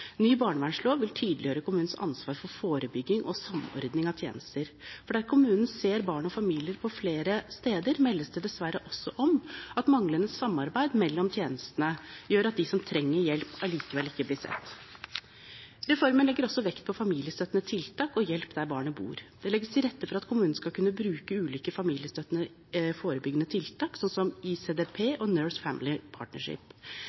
Ny barnevernslov vil tydeliggjøre kommunens ansvar for forebygging og samordning av tjenester, for der kommunen ser barn og familier på flere steder, meldes det dessverre også om at manglende samarbeid mellom tjenestene gjør at de som trenger hjelp, allikevel ikke blir sett. Reformen legger også vekt på familiestøttende tiltak og hjelp der barnet bor. Det legges til rette for at kommunen skal kunne bruke ulike familiestøttende, forebyggende tiltak, som ICDP